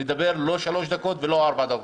לא שלוש דקות ולא ארבע דקות.